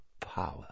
power